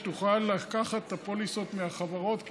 שתוכל לקחת את הפוליסות מהחברות.